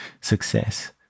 success